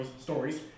stories